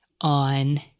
on